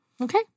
Okay